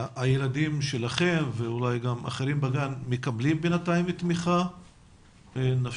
הילדים שלכם ואולי גם אחרים בגן בינתיים מקבלים תמיכה נפשית,